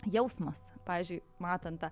jausmas pavyzdžiui matant tą